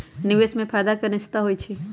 निवेश में फायदा के अनिश्चितता होइ छइ